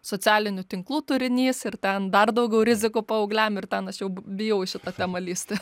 socialinių tinklų turinys ir ten dar daugiau rizikų paaugliam ir ten aš jau bijau į šitą temą lįsti